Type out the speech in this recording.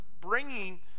bringing